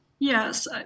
Yes